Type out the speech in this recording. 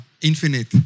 infinite